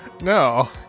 No